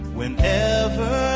whenever